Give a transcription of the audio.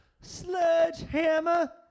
Sledgehammer